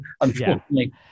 unfortunately